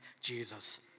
Jesus